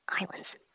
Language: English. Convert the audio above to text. islands